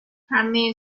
همه